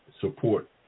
support